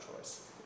choice